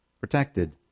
Protected